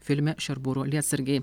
filme šerburo lietsargiai